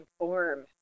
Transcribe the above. inform